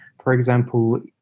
for example,